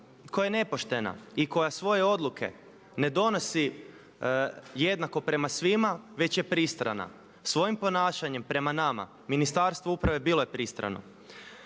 koja je nepoštena i koja svoje odluke ne donosi jednako prema svima već je pristrana. Svojim ponašanjem prema nama Ministarstvo uprave bilo je pristrano.